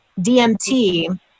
DMT